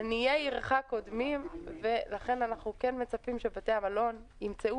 עניי עירך קודמים ולכן אנחנו כן מצפים שבתי המלון ימצאו